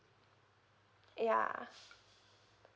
ya